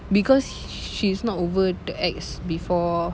because she's not over the ex before